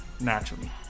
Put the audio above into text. naturally